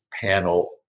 panel